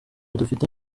dufite